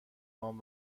نام